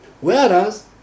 Whereas